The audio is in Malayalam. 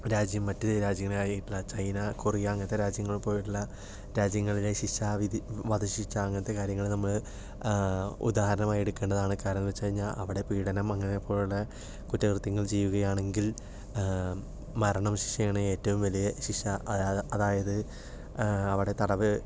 രാജ്യം മറ്റു രാജ്യങ്ങളായിട്ടുള്ള ചൈന കൊറിയ അങ്ങനത്തെ രാജ്യങ്ങൾ പോലുള്ള രാജ്യങ്ങളിലെ ശിക്ഷാവിധി വധശിക്ഷ അങ്ങനത്തെ കാര്യങ്ങൾ നമ്മൾ ഉദാഹരണമായി എടുക്കേണ്ടതാണ് കാരണം എന്ന് വെച്ച് കഴിഞ്ഞാൽ അവിടെ പീഡനം അങ്ങനെയുള്ള കുറ്റകൃത്യങ്ങൾ ചെയ്യുകയാണെങ്കിൽ മരണശിക്ഷയാണ് ഏറ്റവും വലിയ ശിക്ഷ അതായത് അവിടെ തടവ്